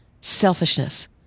selfishness